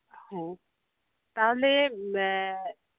ᱦᱮᱸ ᱛᱟᱦᱚᱞ